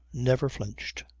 never flinched.